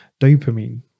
dopamine